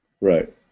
Right